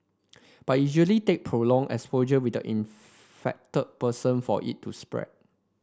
but it usually take prolonged exposure with the infected person for it to spread